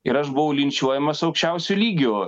ir aš buvau linčiuojamas aukščiausiu lygiu